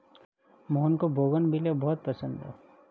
मोहन को बोगनवेलिया बहुत पसंद है